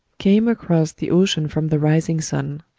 came across the ocean from the rising sun.